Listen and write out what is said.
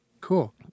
cool